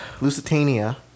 Lusitania